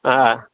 હા